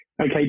Okay